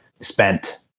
spent